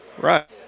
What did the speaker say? Right